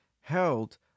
held